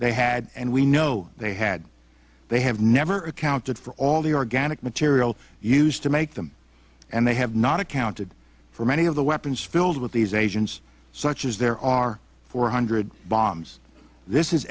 they had and we know they had they have never accounted for all the organic material used to make them and they have not accounted for many of the weapons filled with these agents such as there are four hundred bombs this